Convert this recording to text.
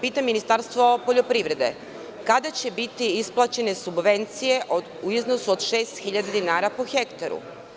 Pitam Ministarstvo poljoprivrede – kada će biti isplaćenje subvencije u iznosu od 6.000 dinara po hektaru?